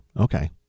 okay